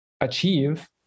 achieve